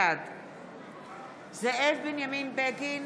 בעד זאב בנימין בגין,